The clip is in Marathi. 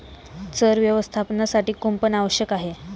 चर व्यवस्थापनासाठी कुंपण आवश्यक आहे